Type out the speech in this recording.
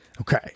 Okay